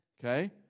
Okay